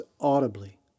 audibly